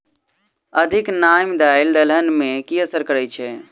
अधिक नामी दालि दलहन मे की असर करैत अछि?